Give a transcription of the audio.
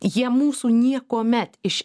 jie mūsų niekuomet iš